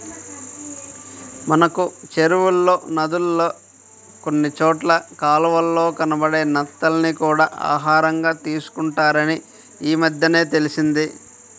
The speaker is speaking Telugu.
మనకి చెరువుల్లో, నదుల్లో కొన్ని చోట్ల కాలవల్లో కనబడే నత్తల్ని కూడా ఆహారంగా తీసుకుంటారని ఈమద్దెనే తెలిసింది